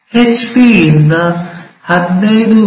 P ಯಿಂದ 15 ಮಿ